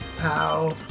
pow